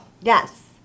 Yes